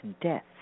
death